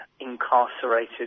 incarcerated